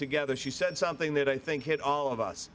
together she said something that i think hit all of us